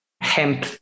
Hemp